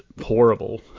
horrible